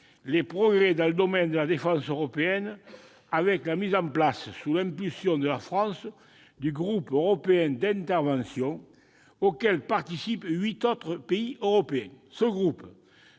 les progrès dans le domaine de la défense européenne, avec la mise en place, sous l'impulsion de la France, du groupe européen d'intervention auquel participent huit autres pays européens. Ce groupe